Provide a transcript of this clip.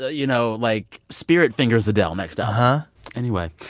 ah you know, like, spirit fingers adele next. ah and anyway,